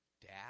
Dad